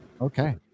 Okay